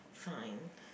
fine